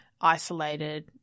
isolated